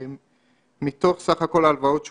מתוך 25,000 הלוואות שאושרו,